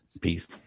Peace